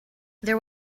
there